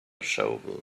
shovel